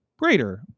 greater